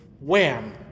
wham